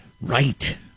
right